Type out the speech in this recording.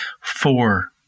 four